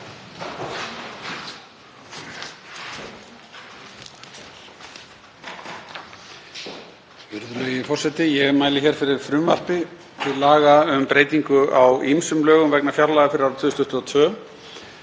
Virðulegi forseti. Ég mæli hér fyrir frumvarpi til laga um breytingu á ýmsum lögum vegna fjárlaga fyrir árið 2022.